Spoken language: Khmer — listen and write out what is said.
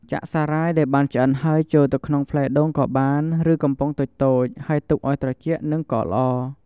ចាក់សារាយដែលបានឆ្អិនហើយចូលទៅក្នុងផ្លែដូងក៏បាន ឬកំប៉ុងតូចៗ ហើយទុកឱ្យត្រជាក់ និងកកល្អ។